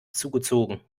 zugezogen